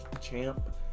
champ